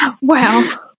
Wow